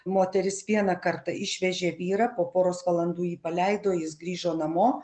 moteris vieną kartą išvežė vyrą po poros valandų jį paleido jis grįžo namo